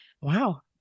Wow